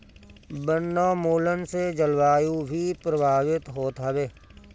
वनोंन्मुलन से जलवायु भी प्रभावित होत हवे